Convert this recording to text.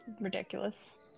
Ridiculous